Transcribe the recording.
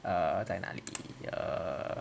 err 在哪里 err